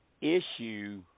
issue